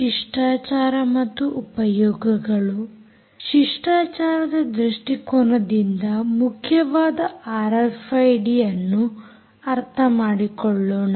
ಶಿಷ್ಟಾಚಾರದ ದೃಷ್ಟಿಕೋನದಿಂದ ಮುಖ್ಯವಾದ ಆರ್ಎಫ್ಐಡಿಯನ್ನು ಅರ್ಥಮಾಡಿಕೊಳ್ಳೋಣ